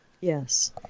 Yes